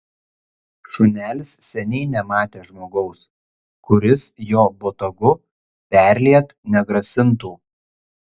šunelis seniai nematė žmogaus kuris jo botagu perliet negrasintų